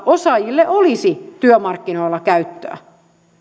osaajille olisi työmarkkinoilla käyttöä